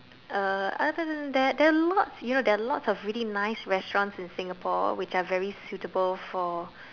uh other then that there are lots you know there are lots of really nice restaurants in Singapore which are very suitable for